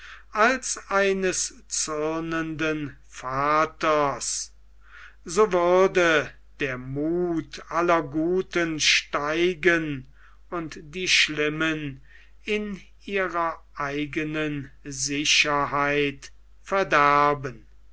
als eines zürnenden vaters so würde der muth aller guten steigen und die schlimmen in ihrer eigenen sicherheit verderben